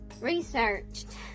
researched